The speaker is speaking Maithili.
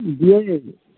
जी जी